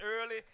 early